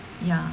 ya